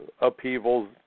upheavals